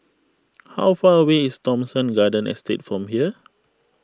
how far away is Thomson Garden Estate from here